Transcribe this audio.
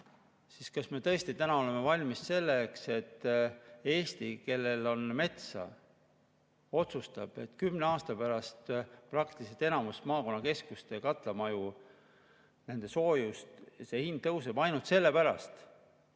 siis kas me tõesti täna oleme valmis selleks, et Eesti, kellel on metsa, otsustab, et kümne aasta pärast praktiliselt enamuses maakonnakeskuste katlamajades soojuse hind tõuseb ainult selle pärast,